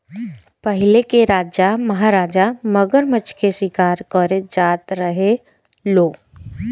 पहिले के राजा महाराजा मगरमच्छ के शिकार करे जात रहे लो